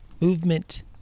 Movement